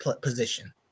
position